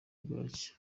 bwacyi